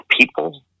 people